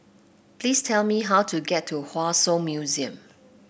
please tell me how to get to Hua Song Museum